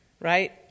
Right